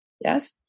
Yes